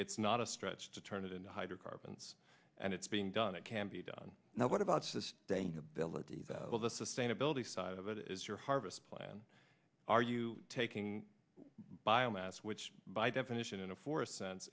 it's not a stretch to turn it into hydrocarbons and it's being done it can be done now what about sustainability all the sustainability side of it is your harvest plan are you taking biomass which by definition in a forest sense